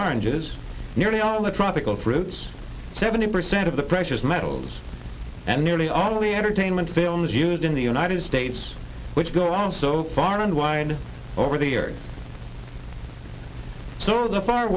oranges nearly all the tropical fruits seventy percent of the precious metals and nearly only entertainment films used in the united states which go on so far and wide over the years so the far